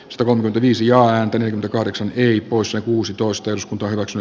spr on viisi ja eteni kahdeksan y poissa kuusitoista jos kunta hyväksyy